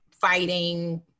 fighting